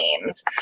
names